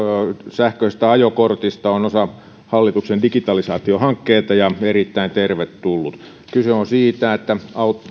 sähköisestä ajokortista on osa hallituksen digitalisaatiohankkeita ja erittäin tervetullut kyse on siitä että